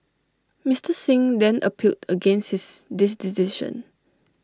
Mister Singh then appealed against this decision